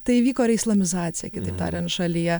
tai įvyko islamizacija kitaip tariant šalyje